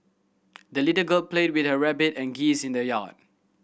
the little girl played with her rabbit and geese in the yard